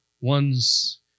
one's